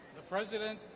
the president,